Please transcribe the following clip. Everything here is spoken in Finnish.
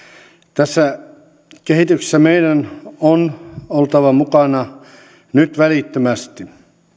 tässä kehityksessä meidän on oltava mukana nyt välittömästi